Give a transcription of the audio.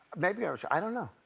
maybe i'm shy. i don't know.